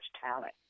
talent